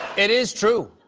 it is true,